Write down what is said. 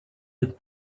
with